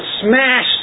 smash